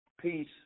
Peace